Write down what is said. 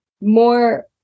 more